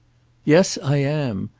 yes, i am.